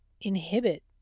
inhibit